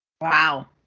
Wow